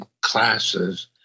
classes